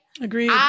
Agreed